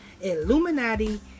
Illuminati